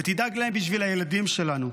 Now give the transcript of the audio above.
ודאג להם בשביל הילדים שלנו.